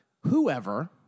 whoever